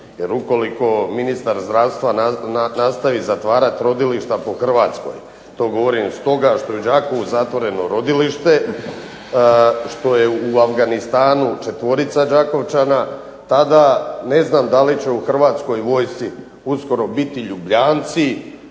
Jer ukoliko ministar zdravstva nastavi zatvarati rodilišta po Hrvatskoj, to govorim stoga što je u Đakovu zatvoreno rodilište, što je u Afganistanu četvorica Đakovčana. Tada ne znam da li ću Hrvatskoj vojsci uskoro biti Ljubljanci,